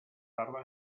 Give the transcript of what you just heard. tarda